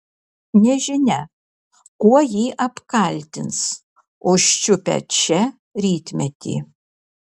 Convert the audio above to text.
nežinia kuo jį apkaltins užčiupę čia rytmetį